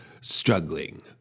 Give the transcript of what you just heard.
struggling